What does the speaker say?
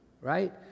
right